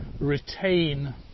retain